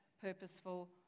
purposeful